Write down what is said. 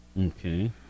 Okay